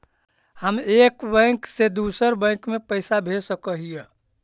हम एक बैंक से दुसर बैंक में पैसा भेज सक हिय?